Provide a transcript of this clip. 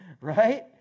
Right